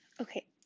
Okay